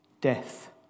death